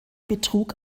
betrug